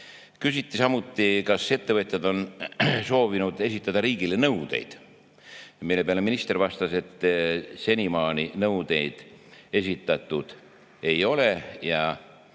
samuti, kas ettevõtjad on soovinud esitada riigile nõudeid, mille peale minister vastas, et senimaani nõudeid esitatud ei ole ja